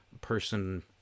person